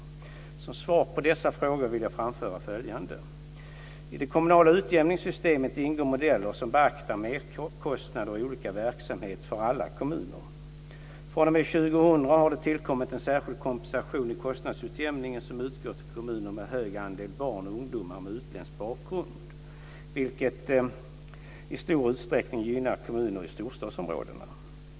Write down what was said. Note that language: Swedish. Som svar på dessa frågor vill jag framföra följande. I det kommunala utjämningssystemet ingår modeller som beaktar merkostnader i olika verksamheter för alla kommuner. fr.o.m. år 2000 har det tillkommit en särskild kompensation i kostnadsutjämningen som utgår till kommuner med en hög andel barn och ungdomar med utländsk bakgrund, vilket i stor utsträckning gynnar kommuner i storstadsområdena.